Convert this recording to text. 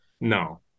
No